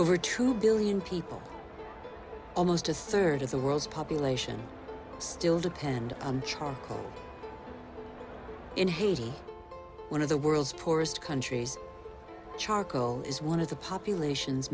over two billion people almost a third of the world's population still depend on charcoal in haiti one of the world's poorest countries charcoal is one of the population